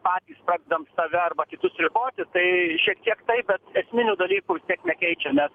patys pradedam save arba kitus ribot tai šiek tiek taip bet esminių dalykų vis tiek nekeičia nes